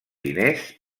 diners